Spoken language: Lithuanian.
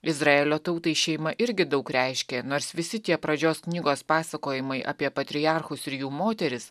izraelio tautai šeima irgi daug reiškė nors visi tie pradžios knygos pasakojimai apie patriarchus ir jų moteris